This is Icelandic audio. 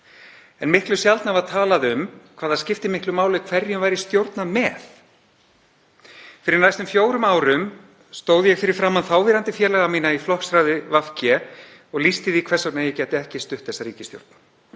En miklu sjaldnar var talað um hvað það skiptir miklu máli hverjum væri stjórnað með. Fyrir næstum fjórum árum stóð ég fyrir framan þáverandi félaga mína í flokksráði VG og lýsti því hvers vegna ég gæti ekki stutt þessa ríkisstjórn.